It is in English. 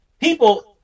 people